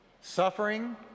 Suffering